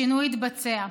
השינוי יתבצע.